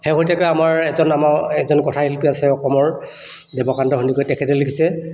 শেহতীয়াকৈ আমাৰ এজন আমাৰ এজন কথাশিল্পী আছে অসমৰ দেৱকান্ত সন্দিকৈ তেখেতে লিখিছে